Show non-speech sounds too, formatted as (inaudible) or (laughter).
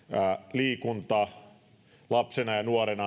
liikunta lapsena ja nuorena (unintelligible)